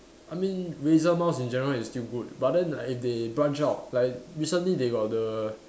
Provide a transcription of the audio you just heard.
I mean Razer mouse in general is still good but then if they branch out like recently they got the